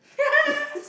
yeah